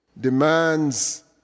demands